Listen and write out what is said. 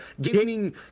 gaining